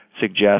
suggest